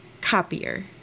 copier